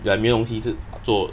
like 没有东西吃做